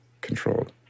controlled